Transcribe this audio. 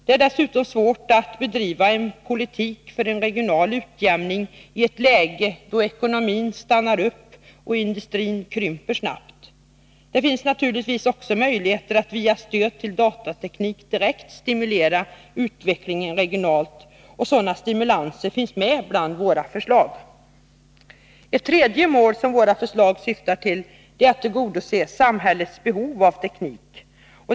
Det är dessutom svårt att bedriva en politik för regional utjämning i ett läge då ekonomin stannar upp och industrin krymper snabbt. Det finns naturligtvis också möjligheter att genom stöd till datateknik direkt stimulera utvecklingen regionalt, och sådana stimulanser finns med bland våra förslag. Ett tredje mål som våra förslag syftar till är att tillgodose samhällets behov av teknik.